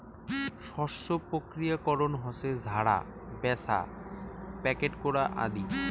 শস্য প্রক্রিয়াকরণ হসে ঝাড়া, ব্যাছা, প্যাকেট করা আদি